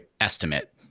estimate